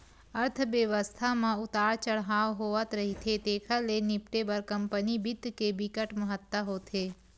अर्थबेवस्था म उतार चड़हाव होवथ रहिथे तेखर ले निपटे बर कंपनी बित्त के बिकट महत्ता होथे